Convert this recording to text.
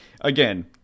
again